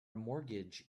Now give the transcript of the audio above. mortgage